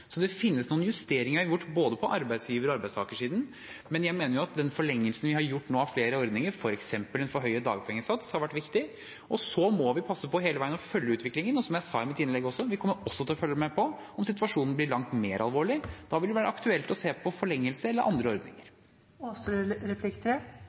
Det finnes noen justeringer vi har gjort på både arbeidstaker- og arbeidsgiversiden, men jeg mener at den forlengelsen vi nå har gjort av flere ordninger, f.eks. en forhøyet dagpengesats, har vært viktig. Så må vi passe på hele veien å følge utviklingen. Som jeg sa i mitt innlegg, kommer vi til å følge med på om situasjonen blir langt mer alvorlig. Da vil det være aktuelt å se på forlengelse eller andre